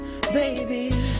baby